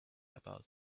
out